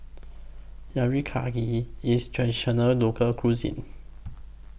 Teriyaki IS Traditional Local Cuisine